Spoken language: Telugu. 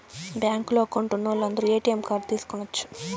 బ్యాంకులో అకౌంట్ ఉన్నోలందరు ఏ.టీ.యం కార్డ్ తీసుకొనచ్చు